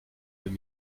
deux